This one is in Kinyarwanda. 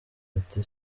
ati